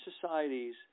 societies